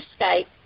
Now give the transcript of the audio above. Skype